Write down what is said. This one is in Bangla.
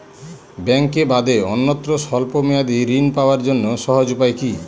ব্যাঙ্কে বাদে অন্যত্র স্বল্প মেয়াদি ঋণ পাওয়ার জন্য সহজ উপায় কি?